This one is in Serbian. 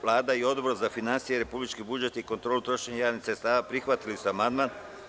Vlada i Odbora za finansije, republički budžet i kontrolu trošenja javnih sredstava prihvatili su amandman.